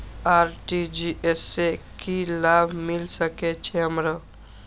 RTGS से की लाभ मिल सके छे हमरो?